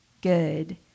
good